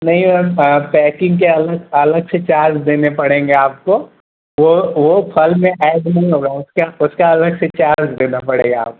नहीं ma'am packing के अलग अलग से चार्ज देने पड़ेंगे आपको वह वह फल में एड नहीं होगा उसका उसका अलग से चार्ज देना पड़ेगा आपको